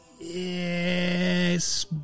Yes